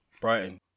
Brighton